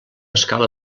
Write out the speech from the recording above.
escala